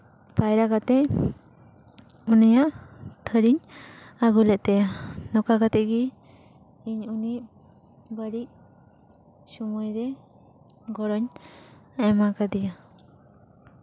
ᱯᱟᱭᱨᱟ ᱠᱟᱛᱮᱜ ᱩᱱᱤᱭᱟᱜ ᱛᱷᱟᱹᱨᱤᱧ ᱟᱹᱜᱩ ᱞᱮᱫ ᱛᱟᱭᱟ ᱱᱚᱝᱠᱟ ᱠᱟᱛᱮᱜ ᱜᱮ ᱤᱧ ᱩᱱᱤ ᱵᱟᱹᱲᱤᱡ ᱥᱚᱢᱚᱭ ᱨᱮ ᱜᱚᱲᱚᱧ ᱮᱢ ᱠᱟᱫᱮᱭᱟ